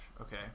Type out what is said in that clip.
okay